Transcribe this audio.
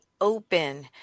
open